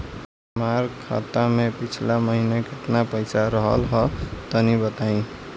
हमार खाता मे पिछला महीना केतना पईसा रहल ह तनि बताईं?